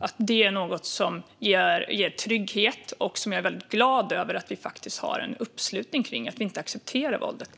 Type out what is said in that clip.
att detta är något som ger trygghet, och jag är glad över att vi har en uppslutning kring att vi inte accepterar våldet.